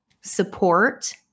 support